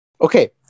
Okay